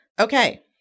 Okay